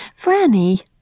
Franny